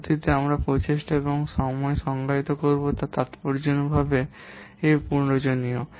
পরবর্তী আমরা প্রচেষ্টা এবং সময় সংজ্ঞায়িত করব যা তাত্পর্যপূর্ণভাবে প্রয়োজনীয়